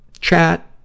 chat